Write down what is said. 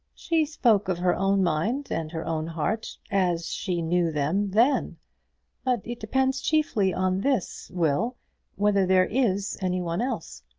she spoke of her own mind and her own heart as she knew them then. but it depends chiefly on this, will whether there is any one else.